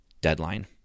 Deadline